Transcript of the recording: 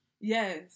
yes